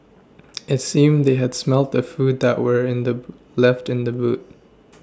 it seemed they had smelt the food that were in the left in the boot